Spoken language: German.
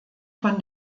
von